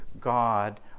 God